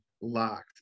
locked